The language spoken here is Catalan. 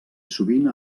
sovint